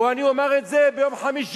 או אני אומַר את זה ביום חמישי,